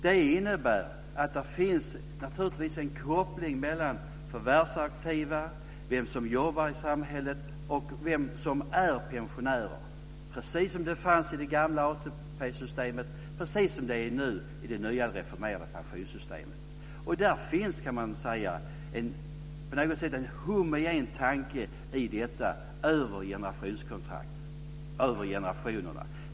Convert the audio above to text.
Det innebär att det naturligtvis finns en koppling mellan antalet förvärvsaktiva, de som jobbar i samhället, och de som är pensionärer, precis som det fanns i det gamla ATP-systemet och precis som det är i det nya reformerade pensionssystemet. Det finns en homogen tanke i detta med ett generationskontrakt över generationerna.